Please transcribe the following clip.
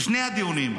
בשני הדיונים,